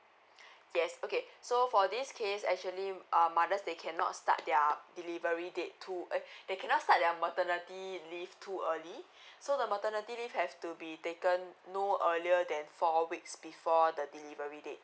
yes okay so for this case actually um mothers they cannot start their delivery date too eh they cannot start their maternity leave too early so the maternity leave have to be taken no earlier than four weeks before the delivery date